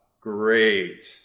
great